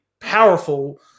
powerful